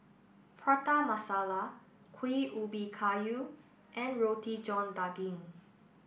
Prata Masala Kuih Ubi Kayu and Roti John daging